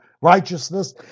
righteousness